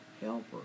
helper